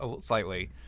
slightly